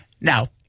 Now